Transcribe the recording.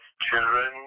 children